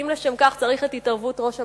ואם לשם כך צריך את התערבות ראש הממשלה,